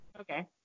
Okay